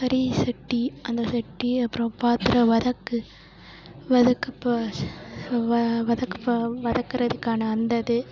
கரிசட்டி அந்த சட்டி அப்புறம் பாத்திரம் வதக்கு வதக்கப்ப வ வதக்குறப்ப வதக்கறதுக்கான அந்த இது